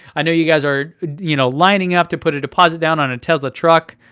i know you guys are you know lining up to put a deposit down on a tesla truck.